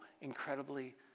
incredibly